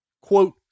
quote